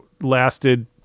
lasted